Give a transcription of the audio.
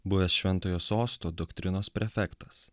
buvęs šventojo sosto doktrinos prefektas